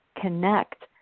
connect